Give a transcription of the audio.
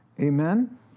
Amen